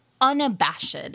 unabashed